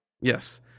Yes